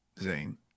Zane